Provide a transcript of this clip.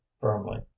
firmly